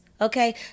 okay